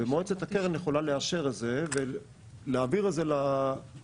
ומועצת הקרן יכולה לאשר את זה ולהעביר את זה לוועדה,